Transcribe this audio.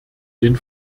den